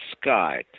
sky